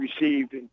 received